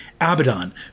Abaddon